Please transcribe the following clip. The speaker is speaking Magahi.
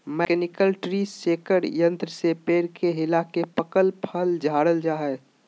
मैकेनिकल ट्री शेकर यंत्र से पेड़ के हिलाके पकल फल झारल जा हय